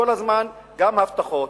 כל הזמן גם הבטחות,